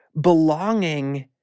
belonging